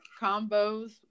Combos